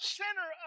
center